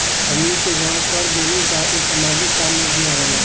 हमनी के जवन कर देवेनिजा उ सामाजिक काम में भी आवेला